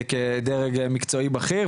כדרג מקצועי בכיר.